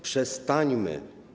Przestańmy.